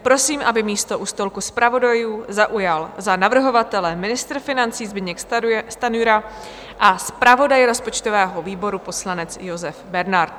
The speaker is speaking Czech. Prosím, aby místo u stolku zpravodajů zaujal za navrhovatele ministr financí Zbyněk Stanjura a zpravodaj rozpočtového výboru poslanec Josef Bernard.